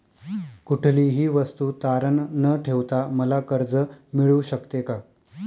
कुठलीही वस्तू तारण न ठेवता मला कर्ज मिळू शकते का?